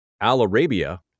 Al-Arabia